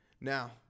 Now